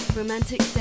romantic